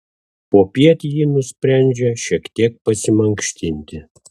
popiet ji nusprendžia šiek tiek pasimankštinti